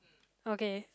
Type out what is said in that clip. okay